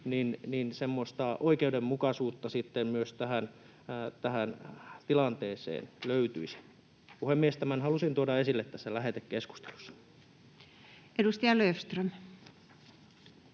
oikeudenmukaisuutta sitten myös tähän tilanteeseen löytyisi. Puhemies! Tämän halusin tuoda esille tässä lähetekeskustelussa. [Speech 207]